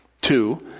Two